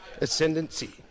ascendancy